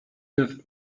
neuf